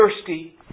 thirsty